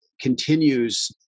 continues